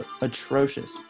atrocious